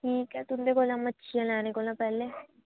ठीक ऐ तुंदे कोलां मच्छियां लैने कोलां पैह्लें